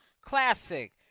classic